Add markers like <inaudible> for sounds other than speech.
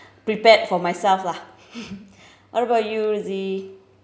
prepared for myself lah <laughs> what about you rosy